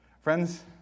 Friends